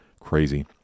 crazy